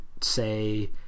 say